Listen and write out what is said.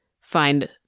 find